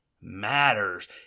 matters